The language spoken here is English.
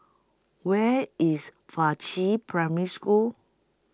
Where IS Faqi Primary School